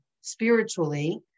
spiritually